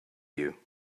you